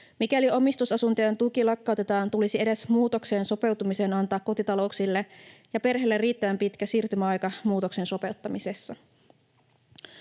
Mikäli omistusasuntojen tuki lakkautetaan, tulisi edes muutokseen sopeutumiseen antaa kotitalouksille ja perheille riittävän pitkä siirtymäaika. Arvoisa puhemies!